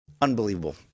Unbelievable